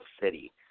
City